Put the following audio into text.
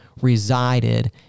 resided